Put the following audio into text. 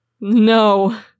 No